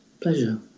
Pleasure